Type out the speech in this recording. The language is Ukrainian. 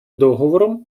договором